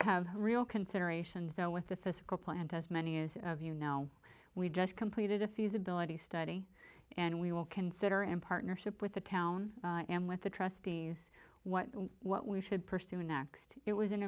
have real considerations though with the physical plant as many as you know we just completed a feasibility study and we will consider in partnership with the town and with the trustees what what we should pursue next it was an